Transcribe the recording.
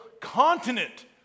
continent